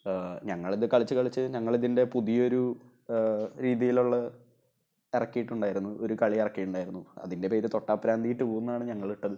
ഞങ്ങളിത് കളിച്ച് കളിച്ച് ഞങ്ങൾ ഇതിൻ്റെ പുതിയൊരു രീതിയിലുള്ള ഇറക്കിയിട്ടുണ്ടായിരുന്നു ഒരു കളി ഇറക്കിയിട്ടുണ്ടായിരുന്നു അതിന്റെ പേര് തൊട്ടാ ഭ്രാന്തി ടൂ എന്നാണ് ഞങ്ങളിട്ടത്